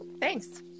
thanks